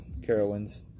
Carowinds